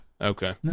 Okay